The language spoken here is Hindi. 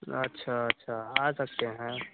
अच्छा अच्छा आ सकते हैं